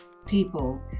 people